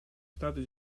stati